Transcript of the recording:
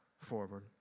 Forward